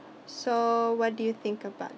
so what do you think about